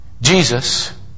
Jesus